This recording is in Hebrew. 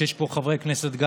יש פה חברי כנסת,